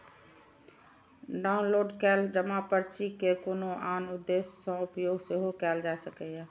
download कैल जमा पर्ची के कोनो आन उद्देश्य सं उपयोग सेहो कैल जा सकैए